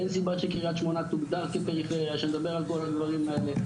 אין סיבה שקריית שמונה תוגדר כפריפריה שנדבר על כל הדברים האלה,